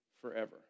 forever